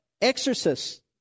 exorcists